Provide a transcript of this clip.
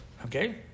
Okay